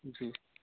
जी